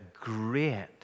great